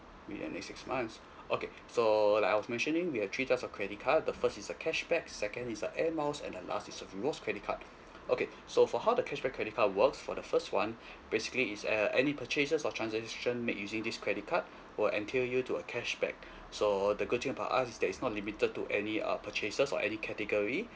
within next six months okay so like I was mentioning we have three type of credit card the first is a cashback second is a air miles and the last is a rewards credit card okay so for how the cashback credit card work for the first one basically is uh any purchases or transaction make using this credit card will entail you to a cashback so the good thing about us is that it's not limited to any uh purchases or any category